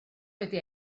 wedi